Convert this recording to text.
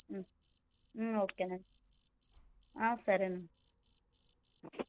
ఓకేనండి సరేనండి